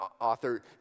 author